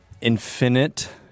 infinite